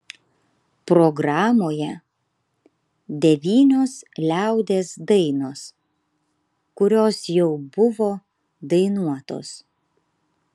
programoje devynios liaudies dainos kurios jau buvo dainuotos